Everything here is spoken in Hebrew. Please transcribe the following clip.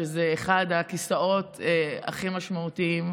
שזה אחד הכיסאות הכי משמעותיים,